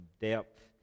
depth